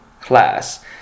class